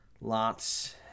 lots